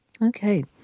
Okay